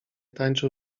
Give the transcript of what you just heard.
tańczył